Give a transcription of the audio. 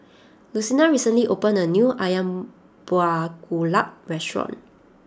Lucina recently opened a new Ayam Buah Keluak restaurant